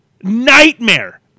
Nightmare